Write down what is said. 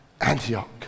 Antioch